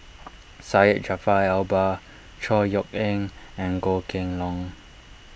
Syed Jaafar Albar Chor Yeok Eng and Goh Kheng Long